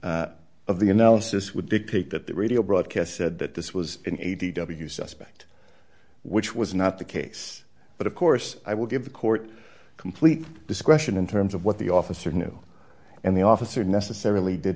analysis would dictate that the radio broadcast said that this was in a t w suspect which was not the case but of course i would give the court complete discretion in terms of what the officer knew and the officer necessarily did